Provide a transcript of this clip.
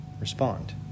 respond